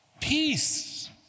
peace